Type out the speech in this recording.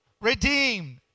redeemed